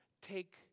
take